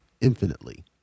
infinitely